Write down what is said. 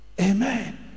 Amen